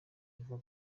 yvan